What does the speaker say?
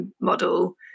model